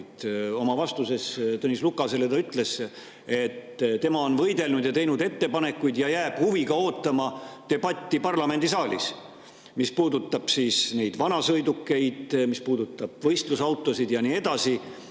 Oma vastuses Tõnis Lukasele ta ütles, et tema on võidelnud ja teinud ettepanekuid ja jääb huviga ootama debatti parlamendisaalis, mis puudutab vanasõidukeid, mis puudutab võistlusautosid ja nii edasi,